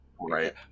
right